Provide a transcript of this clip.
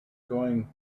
going